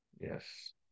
Yes